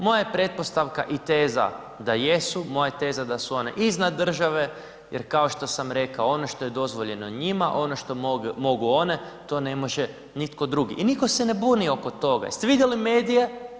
Moja je pretpostavka i teza da jesu, moja je teza da su one iznad države jer kao što sam rekao, ono što je dozvoljeno njima, ono što mogu one, to ne može nitko drugi i nitko se ne buni oko toga, jeste vidjeli medije?